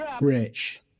Rich